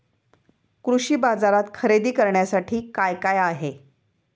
कृषी बाजारात खरेदी करण्यासाठी काय काय आहे?